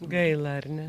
gaila ar ne